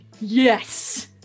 Yes